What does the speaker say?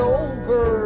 over